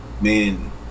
man